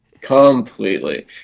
Completely